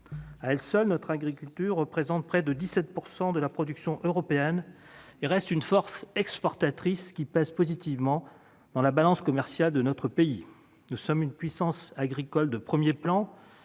à elle seule, notre agriculture représente près de 17 % de la production européenne. Elle reste une force exportatrice qui pèse positivement dans la balance commerciale de notre pays. Nous sommes une puissance agricole de premier plan,